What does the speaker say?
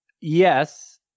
Yes